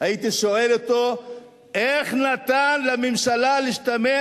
הייתי שואל אותו איך הוא נתן לממשלה להשתמש